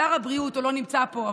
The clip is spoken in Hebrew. שר הבריאות לא נמצא פה,